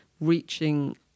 Reaching